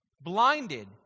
blinded